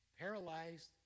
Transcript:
Paralyzed